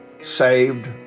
saved